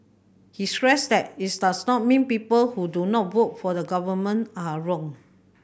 he stressed that it's does not mean people who do not vote for the Government are wrong